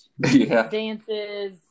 dances